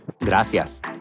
Gracias